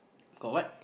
got what